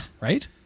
right